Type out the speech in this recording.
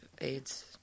AIDS